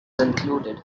included